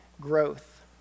growth